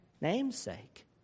namesake